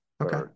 Okay